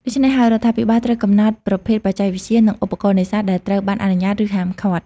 ដូច្នេះហើយ រដ្ឋាភិបាលត្រូវកំណត់ប្រភេទបច្ចេកវិទ្យា និងឧបករណ៍នេសាទដែលត្រូវបានអនុញ្ញាត ឬហាមឃាត់។